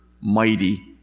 mighty